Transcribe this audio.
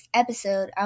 episode